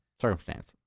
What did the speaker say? circumstance